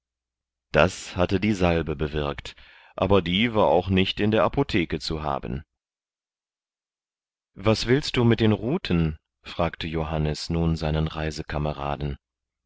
das hatte die salbe bewirkt aber die war auch nicht in der apotheke zu haben was willst du mit den ruten fragte johannes nun seinen